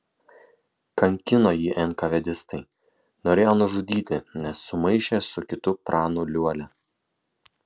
kankino jį enkavedistai norėjo nužudyti nes sumaišė su kitu pranu liuolia